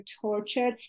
tortured